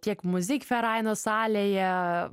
tiek muzyk feraino salėje